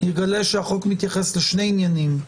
יגלה שהחוק מתייחס לשני עניינים: